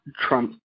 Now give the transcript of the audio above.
Trump